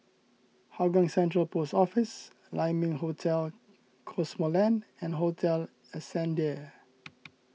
Hougang Central Post Office Lai Ming Hotel Cosmoland and Hotel Ascendere